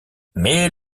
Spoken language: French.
mais